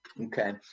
Okay